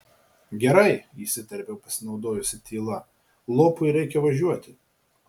gerai įsiterpiau pasinaudojusi tyla lopui reikia važiuoti